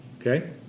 Okay